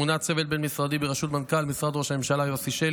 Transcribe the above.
מונה צוות בין-משרדי בראשות מנכ"ל משרד ראש הממשלה יוסי שלי